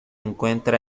encuentra